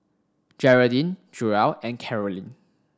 Jeraldine Joell and Carolyne